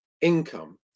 income